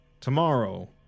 Tomorrow